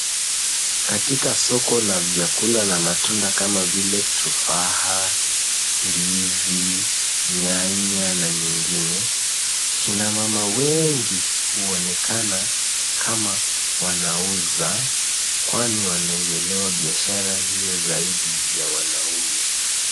Katika soko lenye vyakula na matunda kama vile tufaha, ndizi nyanya, na vinginevyo, wanawake wengi wanaonekana wakiuza kwani wanaelewa biashara hiyo vyema zaidi